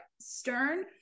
stern